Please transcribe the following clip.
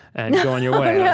and go on your way. yeah